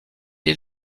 est